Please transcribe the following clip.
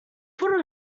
put